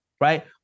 Right